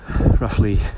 roughly